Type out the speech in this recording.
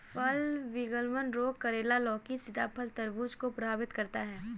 फल विगलन रोग करेला, लौकी, सीताफल, तरबूज को प्रभावित करता है